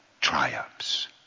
triumphs